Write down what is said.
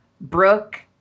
Brooke